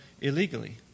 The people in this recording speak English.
illegally